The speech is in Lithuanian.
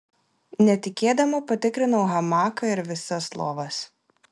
netikėdama patikrinau hamaką ir visas lovas